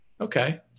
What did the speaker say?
okay